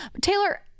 Taylor